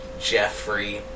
Jeffrey